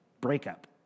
breakup